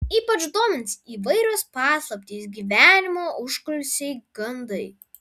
ypač domins įvairios paslaptys gyvenimo užkulisiai gandai